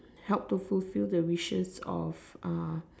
help to fulfill the wishes of